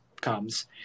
comes